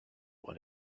what